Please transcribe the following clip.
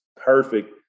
perfect